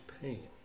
pain